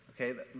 okay